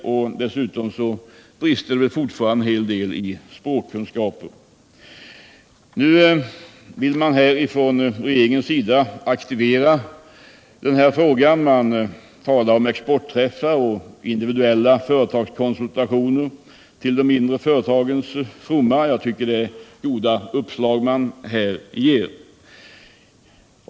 Ibland brister det dessutom fortfarande en hel del i fråga om språkkunskaper. Nu vill regeringen aktivera exporten. Man talar om både exportträffar och individuella företagskonsultationer till de mindre företagens fromma. Jag tycker det är goda uppslag.